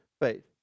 faith